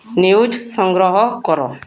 news ସଂଗ୍ରହ କର